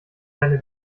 deine